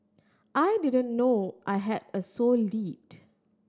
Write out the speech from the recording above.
I didn't know I had a sole lead